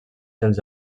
dels